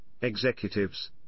executives